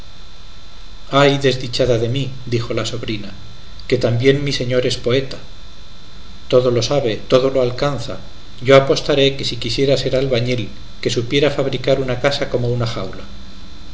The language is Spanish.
ay desdichada de mí dijo la sobrina que también mi señor es poeta todo lo sabe todo lo alcanza yo apostaré que si quisiera ser albañil que supiera fabricar una casa como una jaula